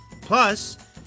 Plus